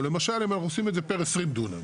או למשל אם אנחנו עושים את זה פר 20 דונם?